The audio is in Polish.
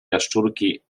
jaszczurki